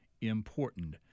important